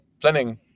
planning